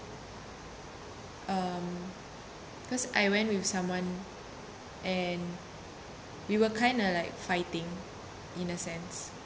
um cause I went with someone and we were kind of like fighting in the sense